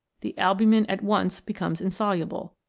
the albumin at once becomes insoluble.